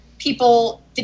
people